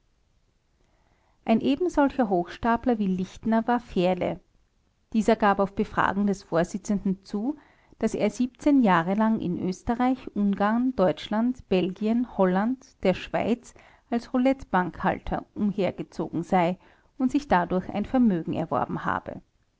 ein ebensolcher hochstapler wie lichtner war fährle dieser gab auf befragen des vorsitzenden zu daß er jahre lang in österreich ungarn deutschland belgien holland der schweiz als roulettebankhalter umhergezogen sei und sich dadurch ein vermögen erworben habe